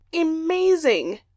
amazing